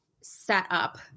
setup